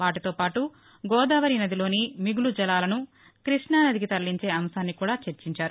వాటితో పాటు గోదావరి నదిలోని మిగులు జలాలను క్బష్టానదికి తరలించే అంశాన్ని కూడా చర్చించారు